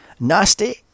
Nasty